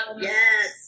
Yes